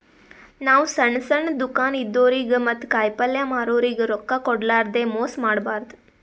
ನಾವ್ ಸಣ್ಣ್ ಸಣ್ಣ್ ದುಕಾನ್ ಇದ್ದೋರಿಗ ಮತ್ತ್ ಕಾಯಿಪಲ್ಯ ಮಾರೋರಿಗ್ ರೊಕ್ಕ ಕೋಡ್ಲಾರ್ದೆ ಮೋಸ್ ಮಾಡಬಾರ್ದ್